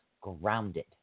grounded